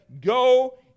Go